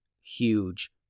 Huge